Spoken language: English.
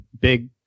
big